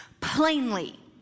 plainly